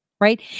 Right